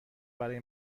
برای